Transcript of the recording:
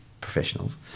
professionals